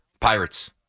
Pirates